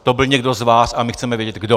To byl někdo z vás a my chceme vědět, kdo.